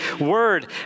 word